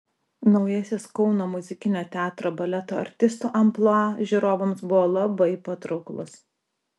naujasis kauno muzikinio teatro baleto artistų amplua žiūrovams buvo labai patrauklus